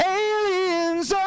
aliens